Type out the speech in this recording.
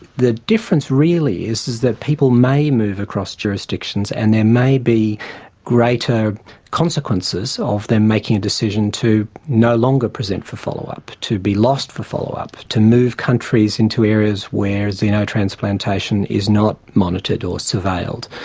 the difference, really, is that people may move across jurisdictions and there may be greater consequences of them making a decision to no longer present for follow up, to be lost for follow up, to move countries into areas where xenotransplantation is not monitored or surveilled.